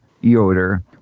Yoder